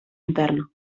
interna